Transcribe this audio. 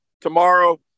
tomorrow